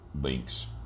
links